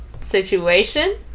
situation